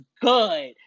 good